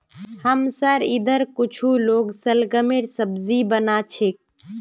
हमसार इधर कुछू लोग शलगमेर सब्जी बना छेक